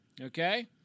Okay